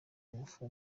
ngufu